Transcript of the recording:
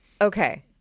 Okay